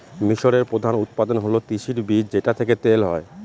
মিশরের প্রধান উৎপাদন হল তিসির বীজ যেটা থেকে তেল হয়